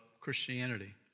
Christianity